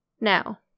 Now